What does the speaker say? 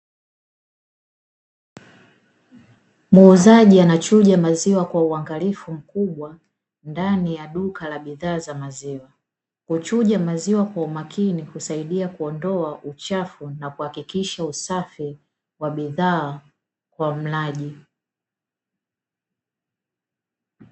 Muuzaji anachuja maziwa kwa uangalifu mkubwa, ndani ya duka la bidhaa za maziwa. Huchuja maziwa kwa umakini kusaidia kuondoa uchafu na kuhakikisha usafi wa bidhaa kwa mlaji.